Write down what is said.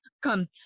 Come